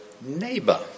neighbor